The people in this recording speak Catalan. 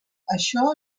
això